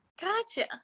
gotcha